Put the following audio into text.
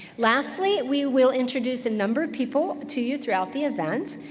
lastly, we will introduce a number of people to you throughout the event,